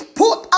put